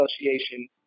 Association